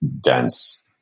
dense